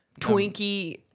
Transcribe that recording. Twinkie